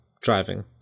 driving